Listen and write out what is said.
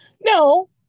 no